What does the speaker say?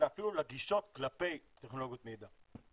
אלא אפילו לגישות כלפי טכנולוגיות מידע.